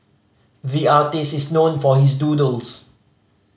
the artist is known for his doodles